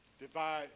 divide